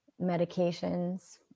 medications